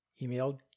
emailed